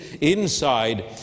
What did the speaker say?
inside